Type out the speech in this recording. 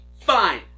fine